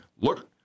look